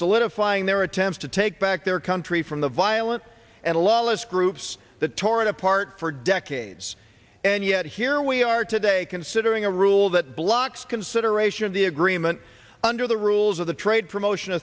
solidifying their attempts to take back their country from the violent and a lawless groups that tore it apart for decades and yet here we are today considering a rule that blocks consideration of the agreement under the rules of the trade promotion